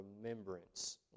remembrance